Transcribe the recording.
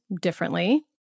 differently